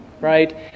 right